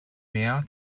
mehr